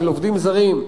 של עובדים זרים,